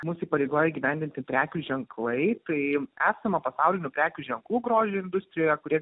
mus įpareigoja įgyvendinti prekių ženklai tai esama pasaulinių prekių ženklų grožio industrijoje kurie